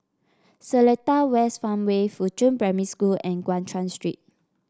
Seletar West Farmway Fuchun Primary School and Guan Chuan Street